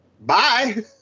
bye